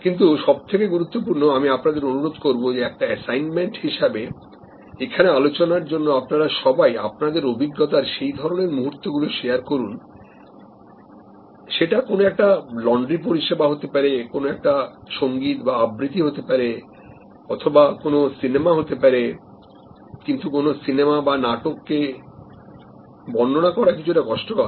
কিন্তু সব থেকে গুরুত্বপূর্ণ আমি আপনাদের অনুরোধ করব যে একটা এসাইনমেন্ট হিসাবে এখানে আলোচনার জন্য আপনারা সবাই আপনাদের অভিজ্ঞতার সেই ধরনের মুহূর্তগুলো শেয়ার করুন সেটা কোন একটা লন্ড্রি পরিষেবা হতে পারে কোন একটা সঙ্গীত বা আবৃতি হতে পারে অথবা কোন সিনেমা হতে পারে কিন্তু কোন সিনেমা বা নাটক কে বর্ণনা করা কিছুটা কষ্টকর